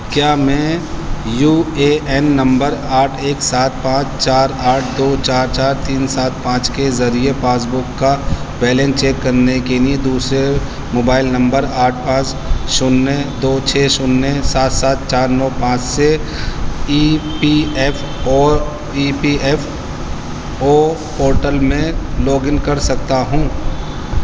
کیا میں U A N number آٹھ ایک سات پانچ چار آٹھ دو چار چار تین سات پانچ کے ذریعے پاس بک کا بیلنس چیک کرنے کے لیے دوسرے موبائل نمبر آٹھ پانچ شونیہ دو چھ شونیہ سات سات چار نو پانچ سے E P F O E P F O portal میں لاگ ان کر سکتا ہوں